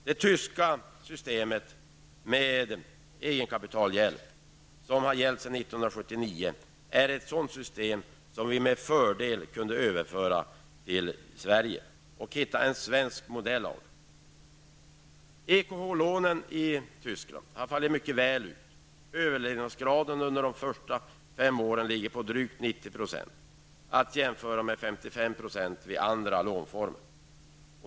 Det tyska systemet med egenkapitalhjälp som har gällt sedan 1979 är ett sådant system som vi med fördel kunde överföra till Sverige och hitta en svensk modell av. EKH-lånen i Tyskland har fallit mycket väl ut. Överlevnadsgraden under de 5 första åren ligger på drygt 90 %. Detta är att jämföra med 55 % vid andra lånformer.